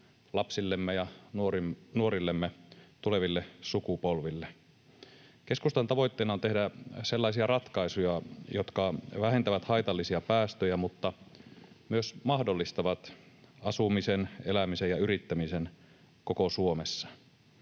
lapsillemme ja nuorillemme, tuleville sukupolville. Keskustan tavoitteena on tehdä sellaisia ratkaisuja, jotka vähentävät haitallisia päästöjä mutta myös mahdollistavat asumisen, elämisen ja yrittämisen koko Suomessa.